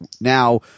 Now